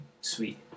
sweet